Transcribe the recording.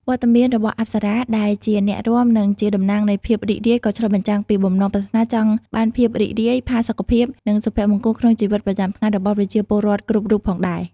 វត្តមានរបស់អប្សរាដែលជាអ្នករាំ និងជាតំណាងនៃភាពរីករាយ ក៏ឆ្លុះបញ្ចាំងពីបំណងប្រាថ្នាចង់បានភាពរីករាយ ផាសុកភាព និងសុភមង្គលក្នុងជីវិតប្រចាំថ្ងៃរបស់ប្រជាពលរដ្ឋគ្រប់រូបផងដែរ។